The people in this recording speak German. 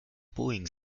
boeing